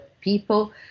people